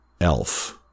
Elf